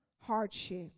hardship